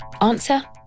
Answer